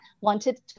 wanted